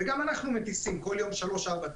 וגם אנחנו מטיסים בכל יום שלוש ארבע טיסות.